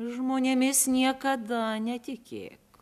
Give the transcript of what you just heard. žmonėmis niekada netikėk